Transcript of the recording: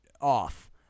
off